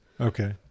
Okay